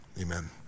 amen